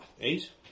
Eight